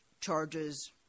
charges